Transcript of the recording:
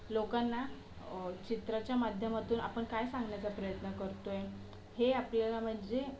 लोकांना चित्राच्या माध्यमातून आपण काय सांगण्याचा प्रयत्न करतोय हे आपल्याला म्हणजे